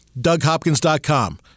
DougHopkins.com